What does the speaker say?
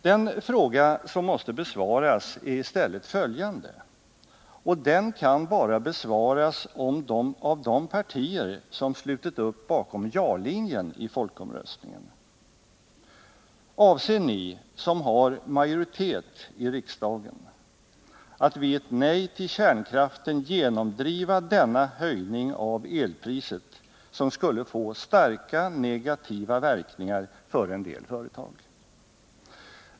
Den fråga som måste besvaras är i stället följande — och den kan bara besvaras av de partier som slutit upp bakom ja-linjen i folkomröstningen: Avser ni, som har majoritet i riksdagen, att vid ett nej till kärnkraften genomdriva denna höjning av elpriset som skulle få starka negativa verkningar för en del företag?